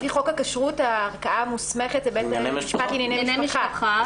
לפי חוק הכשרות הערכאה המוסמכת היא בית המשפט לענייני משפחה,